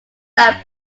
their